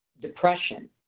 depression